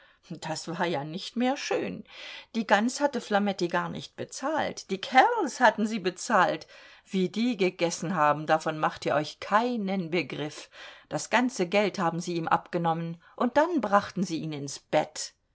das war ja nicht mehr schön die gans hatte flametti gar nicht bezahlt die kerls hatten sie bezahlt wie die gegessen haben davon macht ihr euch keinen begriff das ganze geld haben sie ihm abgenommen und dann brachten sie ihn ins bett